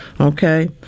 Okay